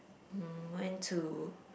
mm went to